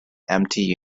empty